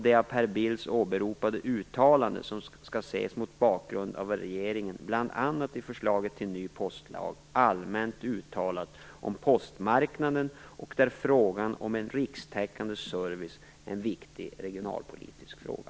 Det av Per Bill åberopade uttalandet skall ses mot bakgrund av vad regeringen, bl.a. i förslaget till ny postlag, allmänt uttalat om postmarknaden och där frågan om en rikstäckande service är en viktig regionalpolitisk fråga.